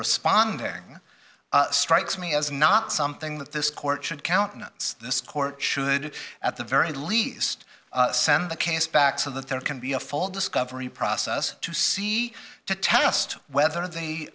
responding strikes me as not something that this court should countenance this court should at the very least send the case back so that there can be a full discovery process to see to tell us to whether the